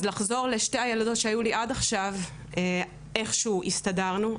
אז לחזור לשתי הילדות שהיו לי עד עכשיו איך שהוא הסתדרנו,